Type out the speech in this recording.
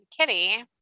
Kitty